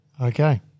Okay